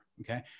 Okay